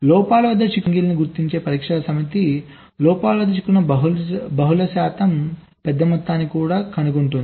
లోపాల వద్ద చిక్కుకున్న అన్ని సింగిల్లను గుర్తించే పరీక్షా సమితి లోపాల వద్ద చిక్కుకున్న బహుళ శాతం పెద్ద మొత్తాన్ని కూడా కనుగొంటుంది